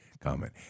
comment